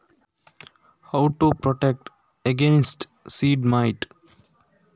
ಬೀಜಗಳಿಗೆ ಬರುವ ಹುಳ, ಕೀಟದಿಂದ ಹೇಗೆ ಕಾಪಾಡುವುದು?